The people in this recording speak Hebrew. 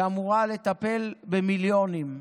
והם אמורים לטפל במיליונים.